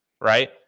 right